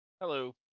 Hello